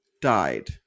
died